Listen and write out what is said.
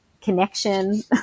connection